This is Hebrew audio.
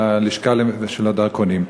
בלשכה של הדרכונים.